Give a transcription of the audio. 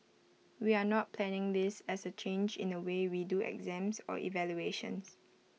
we are not planning this as A change in the way we do exams or evaluations